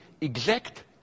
exact